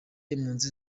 impunzi